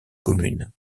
commune